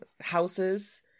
houses